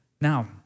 Now